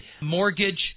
mortgage